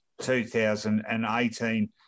2018